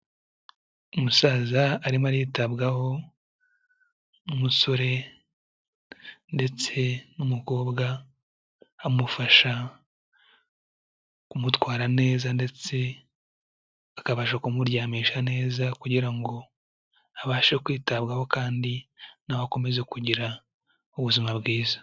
Umusaza arimo aritabwaho n'umusore, ndetse n'umukobwa amufasha kumutwara neza, ndetse akabasha kumuryamisha neza kugira ngo abashe kwitabwaho, kandi nawe akomeze kugira ubuzima bwiza.